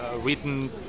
written